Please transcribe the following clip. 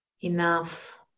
enough